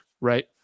right